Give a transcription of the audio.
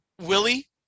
Willie